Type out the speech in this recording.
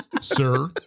sir